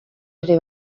ere